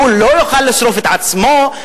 הוא לא יוכל לשרוף את עצמו,